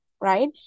right